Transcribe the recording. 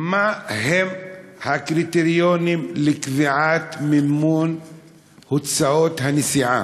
מה הם הקריטריונים לקביעת מימון הוצאות הנסיעה,